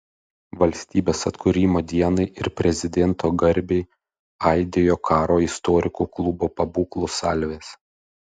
valstybės atkūrimo dienai ir prezidento garbei aidėjo karo istorikų klubo pabūklų salvės